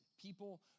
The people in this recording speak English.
people